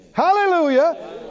Hallelujah